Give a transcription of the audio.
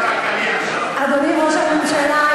אדוני ראש הממשלה,